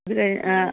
അത് ആ